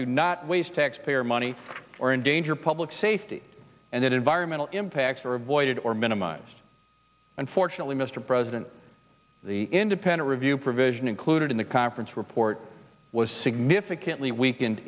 do not waste taxpayer money or endanger public safety and environmental impacts are avoided or minimised unfortunately mr president the independent review provision included in the conference report was significantly weaken